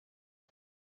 晶体